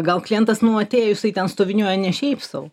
gal klientas nu atėjo jisai ten stoviniuoja ne šiaip sau